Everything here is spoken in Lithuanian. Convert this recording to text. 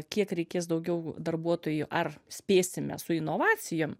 kiek reikės daugiau darbuotojų ar spėsime su inovacijom